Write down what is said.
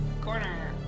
corner